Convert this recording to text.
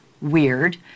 Weird